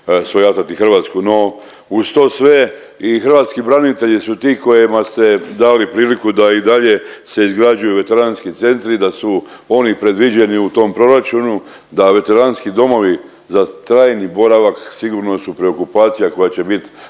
svojatati Hrvatsku. No, uz to sve i hrvatski branitelji su ti kojima ste dali priliku da i dalje se izgrađuju veteranski centri, da su oni predviđeni u tom proračunu, da veteranski domovi za trajni boravak sigurno su preokupacija koja će bit